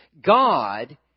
God